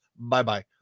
bye-bye